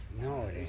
No